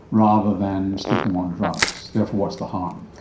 rather than stick them on drugs, therefore what's the harm?